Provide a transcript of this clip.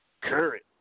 current